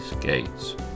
gates